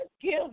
give